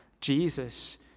Jesus